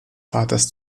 vaters